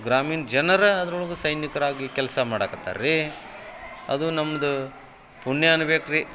ಗ್ರಾಮೀಣ ಜನರ ಅದ್ರೊಳಗೂ ಸೈನಿಕರಾಗಿ ಕೆಲಸ ಮಾಡಕತ್ತಾರೆ ರಿ ಅದು ನಮ್ಮದು ಪುಣ್ಯ ಅನ್ಬೇಕು ರಿ